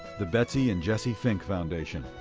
the betsy and jesse fink foundation.